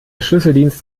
schlüsseldienst